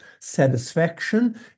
satisfaction